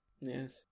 yes